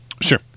sure